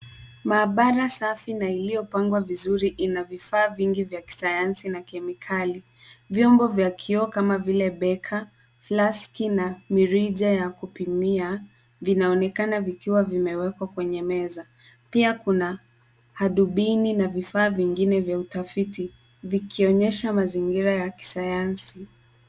Mahabara safi na iliyopangwa vizuri ina vifaa vingi vya kisayansi na kemikali. Vyombo vya kioo kama vile beka, flask na mirija ya kupimia vinaonekana vikiwa vimewekwa kwenye meza. Pia kuna hadubini na vifaa vingine vya utabhiti vikionyesha mazingira ya kisayansi.